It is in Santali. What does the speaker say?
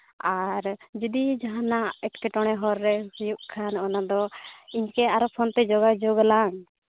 ᱟᱨ ᱡᱩᱫᱤ ᱡᱟᱦᱟᱸᱱᱟᱜ ᱮᱴᱠᱮᱴᱚᱬᱮ ᱦᱚᱨ ᱨᱮ ᱦᱩᱭᱩᱜ ᱠᱷᱟᱱ ᱚᱱᱟ ᱫᱚ ᱤᱱᱠᱟᱹ ᱟᱨᱚ ᱯᱷᱳᱱ ᱛᱮ ᱡᱮᱜᱟᱡᱳᱜᱟᱞᱟᱝ